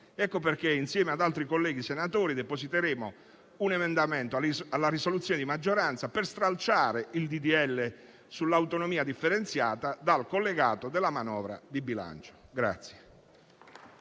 motivo, insieme ad altri colleghi senatori presenteremo un emendamento alla risoluzione di maggioranza per stralciare il disegno di legge sull'autonomia differenziata dal collegato alla manovra di bilancio.